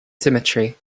symmetry